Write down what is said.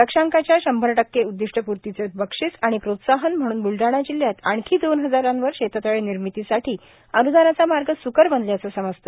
लक्षांकाच्या शंभरटक्के उद्दीष्टप्र्तीचे बक्षीस आणि प्रोत्साहन म्हणून ब्लडाणा जिल्ह्यात आणखी दोन हजारावर शेततळे निर्मितीसाठी अन्दानाचा मार्ग स्कर बनल्याचे समजते